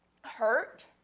hurt